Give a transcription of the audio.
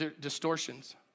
distortions